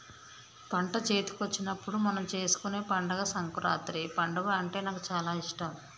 పంట చేతికొచ్చినప్పుడు మనం చేసుకునే పండుగ సంకురాత్రి పండుగ అంటే నాకు చాల ఇష్టం